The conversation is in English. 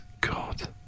God